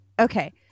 okay